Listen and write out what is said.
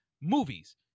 movies